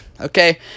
Okay